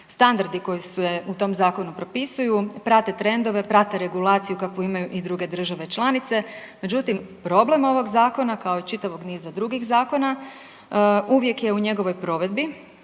Standardi koji se u tom zakonu propisuju prate trendove, prate regulaciju kakvu imaju i druge države članice, međutim problem ovog zakona kao i čitavog niza drugih zakona uvijek je u njegovoj provedbi